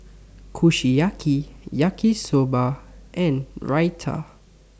Kushiyaki Yaki Soba and Raita